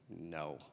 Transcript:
no